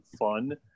fun